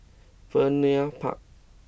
Vernon Park